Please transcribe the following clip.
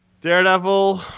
Daredevil